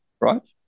right